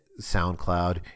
SoundCloud